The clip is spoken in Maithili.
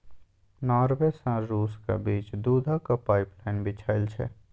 नार्वे सँ रुसक बीच दुधक पाइपलाइन बिछाएल छै